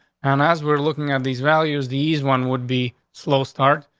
and as we're looking at these values, these one would be slow start.